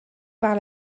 par